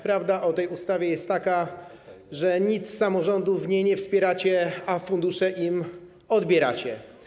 Prawda o tej ustawie jest taka, że w ogóle samorządów w niej nie wspieracie a fundusze im odbieracie.